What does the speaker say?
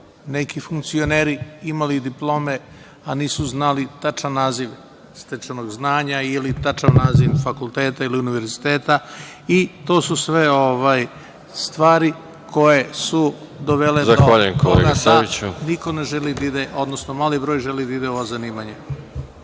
neki funkcioneri imali diplome, a nisu znali tačan naziv stečenog zvanja ili tačan naziv fakulteta ili univerziteta. To su sve stvari koje su dovele do toga da niko ne želi da ide, odnosno mali broj želi da ide u ovo zanimanje.